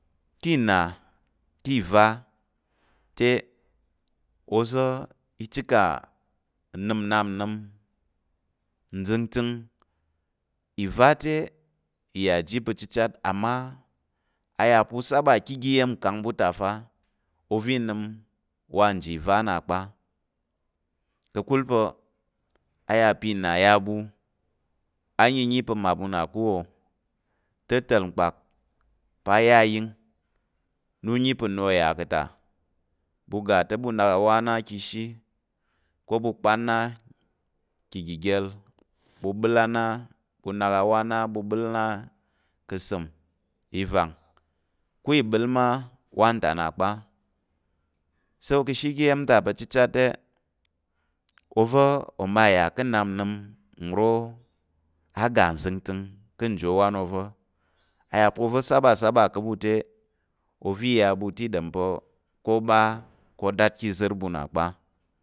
Ká̱ ìna ká̱ ìva te oza̱ i chika nəm nnap nnəm nzəngtəng, ìva te i yà ji pa̱ chichat amma a yà pa̱ u saba ká̱ oga iya̱mkang ɓu ta te fa ova̱ nəm wa nji ìva nnà kpa ka̱kul pa̱ a yà pa̱ ìna ya ɓu a yiyi pa̱ mmaɓu na ká̱ wò te ta̱l kpak pa̱ a yar ayəng na u yi pa̱ nna o yà ka̱ ta, ɓu ga te ɓu nak awo á na ka̱ ishi ko ɓu kpan na ka̱ ìgigə́l mu bel na i van ko i bel ma a ta na kpa so ki shi nyim ta ka chichat te ova ma ya ka nnap nim ro a ga zingtin ka jo wan ova iya po va sabasaba ka bu te ova ya bu te i nem pa ko ba o dat ka zir mu na kpa